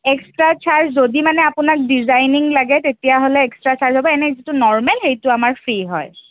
extra charge যদি মানে আপোনাক ডিজাইনিং লাগে তেতিয়াহ'লে এক্সট্ৰা চাৰ্জ হ'ব এনেই যিটো নৰ্মেল সেইটো আমাৰ ফ্ৰী হয়